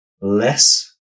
less